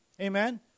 Amen